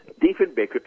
Diefenbaker